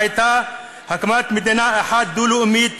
הייתה הקמת מדינה אחת דו-לאומית,